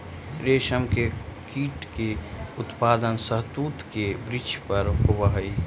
रेशम के कीट के उत्पादन शहतूत के वृक्ष पर होवऽ हई